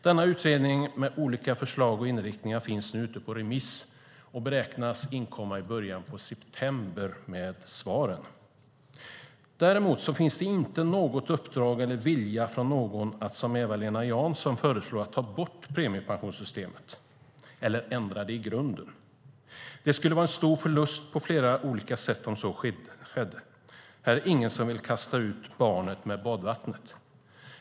Denna utredning med olika förslag och inriktningar finns nu ute på remiss, och svaren beräknas inkomma i början av september. Däremot finns det inte något uppdrag eller vilja från någon att som Eva-Lena Jansson föreslår ta bort premiepensionssystemet eller ändra det i grunden. Det skulle vara en stor förlust på flera olika sätt om så skedde. Här är det ingen som vill kasta ut barnet med badvattnet.